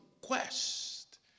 quest